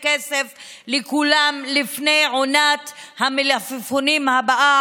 כסף לכולם לפני עונת המלפפונים הבאה,